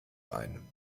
ein